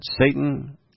Satan